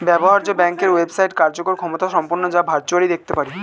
ব্যবহার্য ব্যাংকের ওয়েবসাইট কার্যকর ক্ষমতাসম্পন্ন যা ভার্চুয়ালি দেখতে পারি